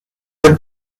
the